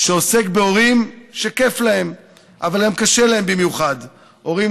שעוסק בהורים שכיף להם אבל קשה להם במיוחד,